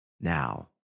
now